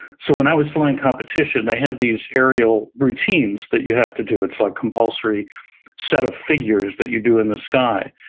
so when i was flying competition, they have these aerial routines that you have to do. it's like compulsory set of figures that you do in the sky,